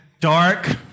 dark